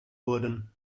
wurden